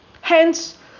hence